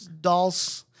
Dolls